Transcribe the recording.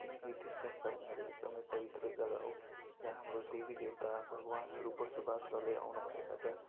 किनकि तीर्थस्थल भनेको एकदमै पवित्र जग्गा हो जहाँ हाम्रो देवी देवता भगवान्हरू बसोबास गर्दै आउनु भएको छ